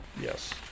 yes